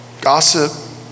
gossip